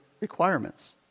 requirements